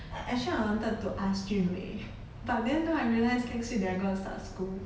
I actually I wanted to ask jun wei but then though I realise next week they are gonna start school